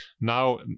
now